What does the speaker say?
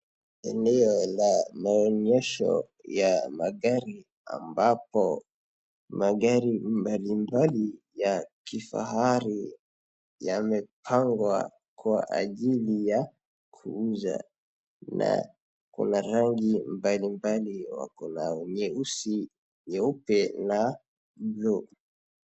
Eneo la maonyesho ya magari ambapo magari mbalimbali ya kifahari yamepangwa kwa ajili ya kuuza na kuna rangi mbalimbali wako na nyeusi, nyeupe, na blue .